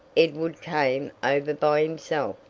edward came over by himself,